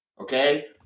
okay